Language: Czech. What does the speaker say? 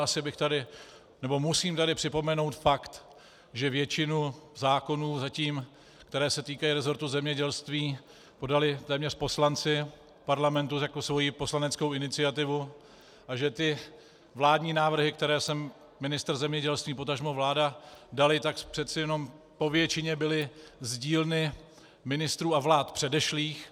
Asi bych tady nebo musím tady připomenout fakt, že většinu zákonů zatím, které se týkají resortu zemědělství, podali téměř poslanci parlamentu jako svoji poslaneckou iniciativu a že vládní návrhy, které sem ministr zemědělství, potažmo vláda dali, tak přece jenom po většině byly z dílny ministrů a vlád předešlých.